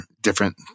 different